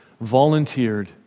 volunteered